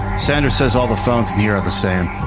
sandra says all the phones here are the same.